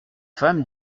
femme